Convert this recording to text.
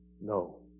No